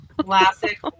Classic